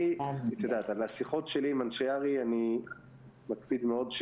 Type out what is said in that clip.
על השיחות שלי עם אנשי הר"י אני מקפיד מאוד.